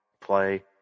play